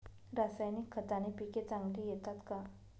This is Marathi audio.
रासायनिक खताने पिके चांगली येतात का?